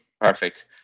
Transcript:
Perfect